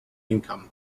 income